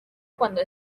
cuando